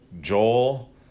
Joel